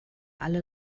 alle